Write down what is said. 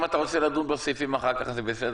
הערערים